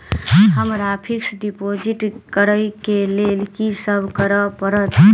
हमरा fix deposit करऽ केँ लेल की सब करऽ पड़त?